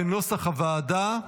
כנוסח הוועדה.